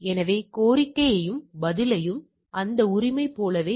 எனவே இவை ஒவ்வொன்றிலும் கை வர்க்கப் பரவலைக் காண்பது உங்களுக்கு மிகவும் சக்தி வாய்ந்தது